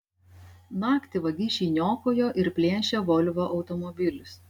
naktį vagišiai niokojo ir plėšė volvo automobilius